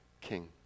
king